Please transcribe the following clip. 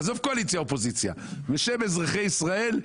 עזוב קואליציה-אופוזיציה בשם אזרחי ישראל,